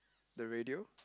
the radio